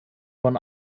von